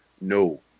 No